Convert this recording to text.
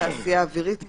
תעשייה אווירית בע"מ,